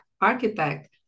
architect